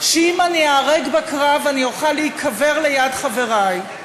שאם אני איהרג בקרב אוכל להיקבר ליד חברי,